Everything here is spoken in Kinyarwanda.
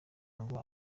ngo